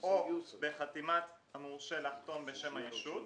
או בחתימת המורשה לחתום בשם הישות",